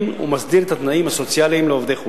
ומסדיר את התנאים הסוציאליים לעובדי חוץ.